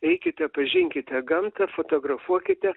eikite pažinkite gamtą fotografuokite